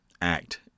act